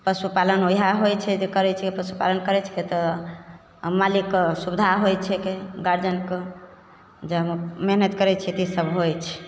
पशुपालन इएह होइ छै जे करै छै पशुपालन करै छिकै तऽ मालिकके सुविधा होइ छैके गार्जिअनके जे मेहनति करै छिए तऽ ईसब होइ छै